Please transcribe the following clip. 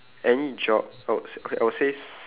any job I would say I would says